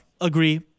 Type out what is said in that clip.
agree